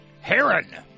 heron